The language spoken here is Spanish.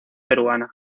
peruana